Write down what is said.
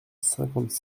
cinquante